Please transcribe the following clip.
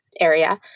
area